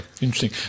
Interesting